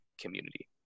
community